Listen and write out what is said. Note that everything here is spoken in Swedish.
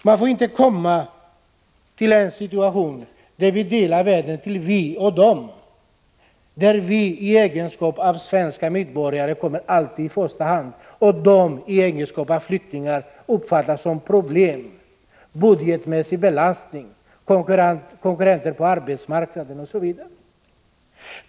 Vi får inte råka i en situation där vi delar upp världen i vi och de, där ”vi” i egenskap av svenska medborgare alltid kommer i första hand och ”de” i egenskap av flyktingar uppfattas som problem, en budgetmässig belastning, konkurrenter på arbetsmarknaden osv.